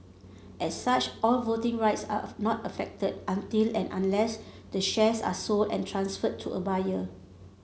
as such all voting rights are not affected until and unless the shares are sold and transferred to a buyer